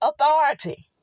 authority